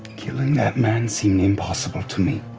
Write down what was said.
killing that man seemed impossible to me.